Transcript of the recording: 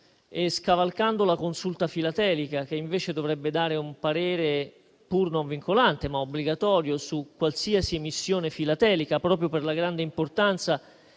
scavalcando la consulta filatelica (che invece dovrebbe dare un parere, pur non vincolante, ma obbligatorio su qualsiasi emissione filatelica proprio per la grande importanza